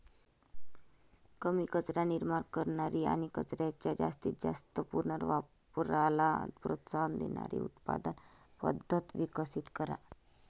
कमी कचरा निर्माण करणारी आणि कचऱ्याच्या जास्तीत जास्त पुनर्वापराला प्रोत्साहन देणारी उत्पादन पद्धत विकसित करा